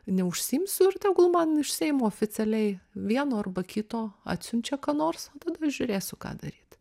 neužsiimsiu ir tegul man iš seimo oficialiai vieno arba kito atsiunčia ką nors o tada žiūrėsiu ką daryt